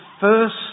first